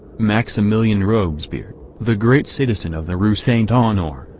maximilian robespierre, the great citizen of the rue saint honore,